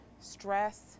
stress